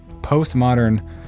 postmodern